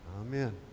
Amen